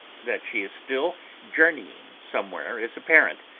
that she is still journeying somewhere is apparent,